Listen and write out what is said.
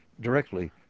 directly